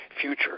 future